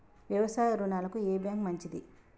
వ్యవసాయ రుణాలకు ఏ బ్యాంక్ మంచిది?